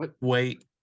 wait